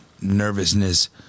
nervousness